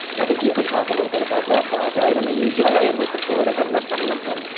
i think you could talk a little bit about that, bob right? i mean, you just. oh, yeah. did with the political issues and,